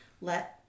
let